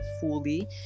fully